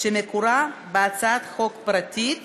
שמקורה בהצעת חוק פרטית